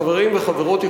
חברים וחברות יקרים,